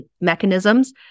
mechanisms